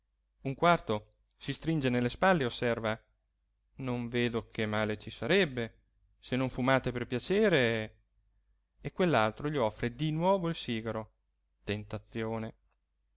un quarto si stringe nelle spalle e osserva non vedo che male ci sarebbe se non fumate per piacere e quell'altro gli offre di nuovo il sigaro tentazione